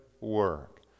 work